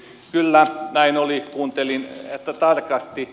kyllä näin oli kuuntelin tarkasti